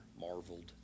marveled